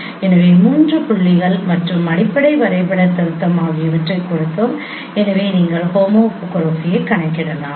எனவே மூன்று புள்ளிகள் மற்றும் அடிப்படை வரைபடத் திருத்தம் ஆகியவற்றைக் கொடுத்தோம் எனவே நீங்கள் ஹோமோகிராஃபியை கணக்கிடலாம்